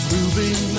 Moving